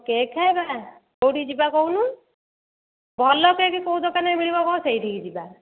cake ଖାଇବା କେଉଁଠି ଯିବା କହୁନ ଭଲ କେକ୍ କେଉଁ ଦୋକାନରେ ମିଳିବ କୁହ ସେଇଠିକି ଯିବା